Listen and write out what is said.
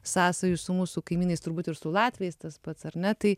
sąsajų su mūsų kaimynais turbūt ir su latviais tas pats ar ne tai